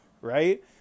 right